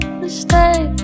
mistake